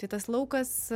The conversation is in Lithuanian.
tai tas laukas